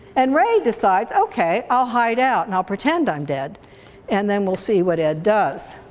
and ray decides, okay i'll hide out and i'll pretend i'm dead and then we'll see what ed does.